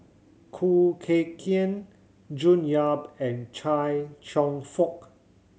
Khoo Kay Hian June Yap and Chia Cheong Fook